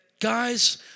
Guys